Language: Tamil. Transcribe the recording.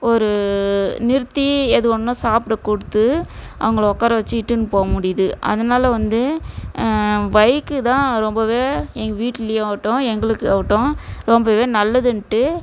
ஒரு நிறுத்தி எதுவேனோல் சாப்பிட கொடுத்து அவங்கள உட்கார வச்சு இட்டுன்னு போகமுடியுது அதனால வந்து பைக்கு தான் ரொம்பவே எங்கள் வீட்லேயும் ஆகட்டும் எங்களுக்கு ஆகட்டும் ரொம்பவே நல்லதுன்ட்டு